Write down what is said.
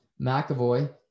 McAvoy